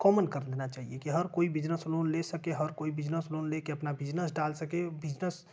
common कर देना चाहिए कि हर कोई बिजनेस लोन ले सके की हर कोई बिजनेस लोन ले कर अपना बिजनेस डाल सके बिजनेस